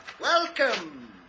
Welcome